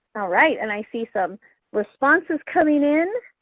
all right and i see some responses coming in.